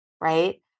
right